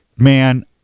Man